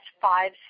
five